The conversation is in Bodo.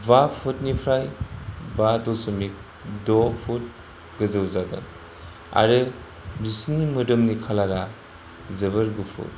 बा फुट निफ्राय बा दशमिक द' फुट गोजौ जागोन आरो बिसोरनि मोदोमनि कालार आ जोबोद गुफुर